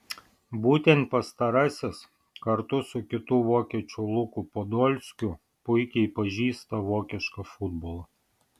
būtent pastarasis kartu su kitu vokiečiu luku podolskiu puikiai pažįsta vokišką futbolą